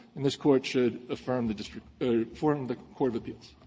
and this court should affirm the district affirm the court of appeals.